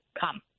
come